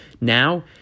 Now